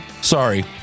Sorry